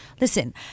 Listen